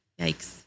yikes